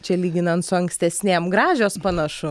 čia lyginant su ankstesnėm gražios panašu